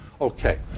Okay